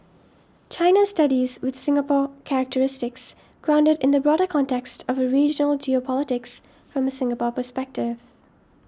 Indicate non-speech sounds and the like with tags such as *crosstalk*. China studies with Singapore characteristics grounded in the broader context of *unintelligible* geopolitics from a Singapore perspective